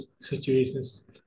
situations